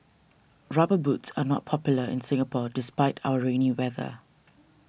rubber boots are not popular in Singapore despite our rainy weather